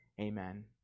Amen